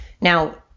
Now